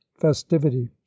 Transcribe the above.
festivity